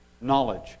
knowledge